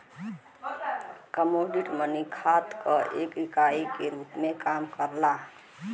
commodity money खात क एक इकाई के रूप में काम करला